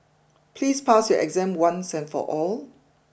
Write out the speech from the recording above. please pass your exam once and for all